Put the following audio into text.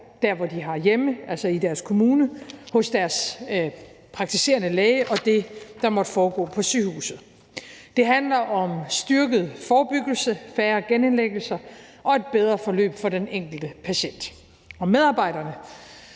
dér, hvor de har hjemme, altså i deres kommune, hos deres praktiserende læge, og det, der måtte foregå på sygehuset. Det handler om styrket forebyggelse, færre genindlæggelser og et bedre forløb for den enkelte patient. Og medarbejderne,